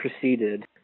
proceeded